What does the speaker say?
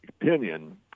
opinion